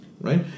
right